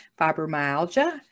Fibromyalgia